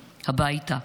הביתה.